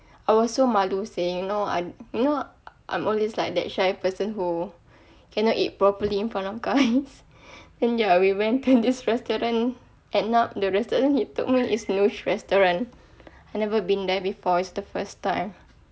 I was so malu you know I'm you know I'm always like that shy person who cannot eat properly in front of guys then ya we went to this restaurant end up the restaurant he took me is noosh restaurant I never been there before it's the first time